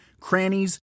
crannies